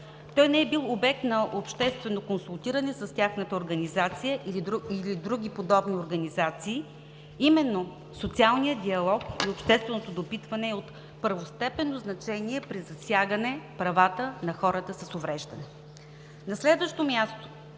Той не е бил обект на обществено консултиране с тяхната организация или други подобни организации. Именно социалният диалог и общественото допитване е от първостепенно значение при засягане правата на хората с увреждане. На следващо място,